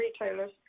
retailers